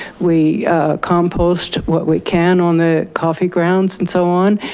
we compost what we can on the coffee grounds and so on.